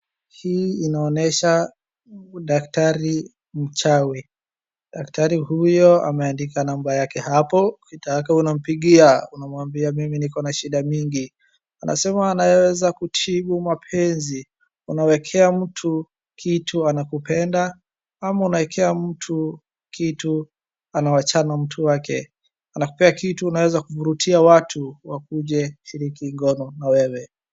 Hii inaonyesha Daktari mchawi, daktari huyo ameandika namba yake hapo, ukitaka unampigia unamwambia mimi niko na shidi mingi. Anasema anaweza kutibu mapenzi, unawekea mtu kitu anakupenda, ama unawekea mtu kitu anachana na mtu wake. Anakupea kitu unaweza kuvurutia watu wakuje kushiriki ngono na wewe.